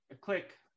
Click